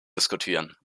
diskutieren